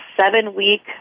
seven-week